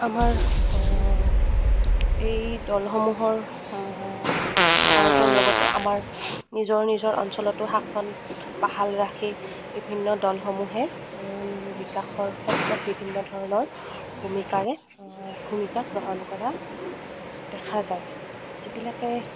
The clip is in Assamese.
আমাৰ এই দলসমূহৰ ভাৰতৰ লগতে আমাৰ নিজৰ নিজৰ অঞ্চলতো শাসন বাহাল ৰাখি বিভিন্ন দলসমূহে বিকাশৰ ক্ষেত্ৰত বিভিন্ন ধৰণৰ ভূমিকাৰে ভূমিকা গ্ৰহণ কৰা দেখা যায় যিবিলাকে